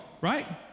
right